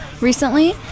recently